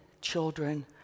children